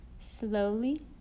Slowly